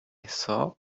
thought